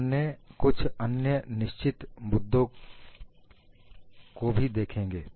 हम कुछ अन्य निश्चित मुद्दों को भी देखेंगे